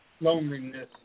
loneliness